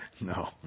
No